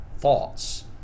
thoughts